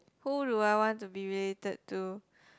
who do I want to be related to